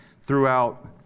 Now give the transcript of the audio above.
throughout